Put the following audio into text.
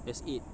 there's eight